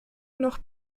noch